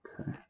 Okay